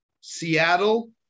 Seattle